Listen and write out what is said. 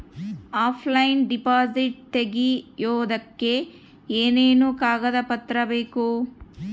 Offline deposit ತೆಗಿಯೋದಕ್ಕೆ ಏನೇನು ಕಾಗದ ಪತ್ರ ಬೇಕು?